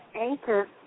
anchor